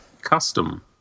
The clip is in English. custom